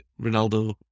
Ronaldo